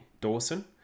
Dawson